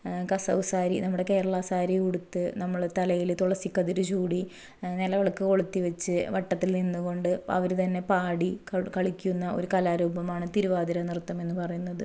കസവുസാരി നമ്മുടെ കേരളാ സാരിയുടുത്ത് നമ്മൾ തലയിൽ തുളസിക്കതിർ ചൂടി നിലവിളക്ക് കൊളുത്തി വെച്ച് വട്ടത്തിൽ നിന്നുകൊണ്ട് അവർ തന്നെ പാടി ക കളിക്കുന്ന ഒരു കലാരൂപമാണ് തിരുവാതിര നൃത്തം എന്ന് പറയുന്നത്